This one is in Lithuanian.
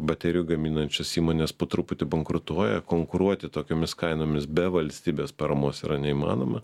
baterijų gaminančios įmonės po truputį bankrutuoja konkuruoti tokiomis kainomis be valstybės paramos yra neįmanoma